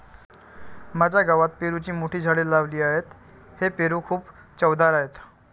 माझ्या गावात पेरूची मोठी झाडे लावली आहेत, हे पेरू खूप चवदार आहेत